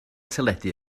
teledu